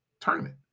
tournament